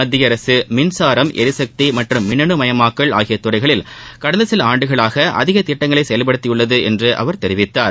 மத்திய அரக மின்சாரம் எரிசக்தி மற்றும் மின்னனு மயமாக்கல் ஆகிய துறைகளில் கடந்த சில ஆண்டுகளாக அதிக திட்டங்களை செயல்படுத்தியுள்ளது என்று அவர் கூறினார்